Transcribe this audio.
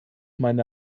meine